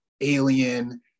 alien